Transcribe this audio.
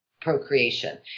procreation